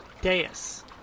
dais